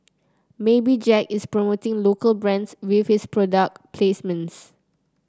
maybe Jack is promoting local brands with his product placements